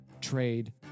Trade